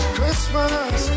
Christmas